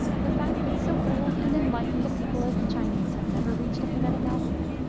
the fact that so old and enlightened a people as the chinese have never reached a phonetic alphabet,